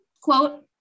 Quote